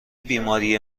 بیماری